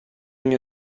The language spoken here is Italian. mio